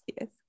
yes